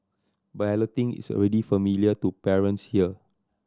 balloting is already familiar to parents here